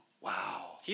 Wow